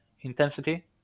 intensity